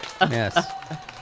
Yes